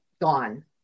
gone